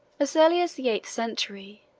as early as the eighth century,